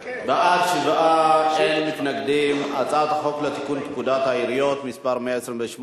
ההצעה להעביר את הצעת חוק לתיקון פקודת העיריות (מס' 128)